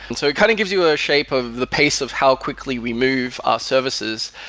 and so it kind of gives you a shape of the pace of how quickly we move our services,